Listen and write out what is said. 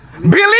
Believe